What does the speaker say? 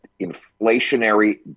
inflationary